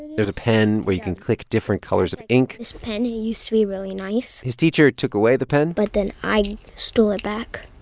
there's a pen where you can click different colors of ink this pen used to be really nice his teacher took away the pen but then i stole it back.